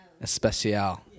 Especial